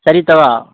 ಸರಿ ತಗೊ